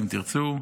אם תרצו,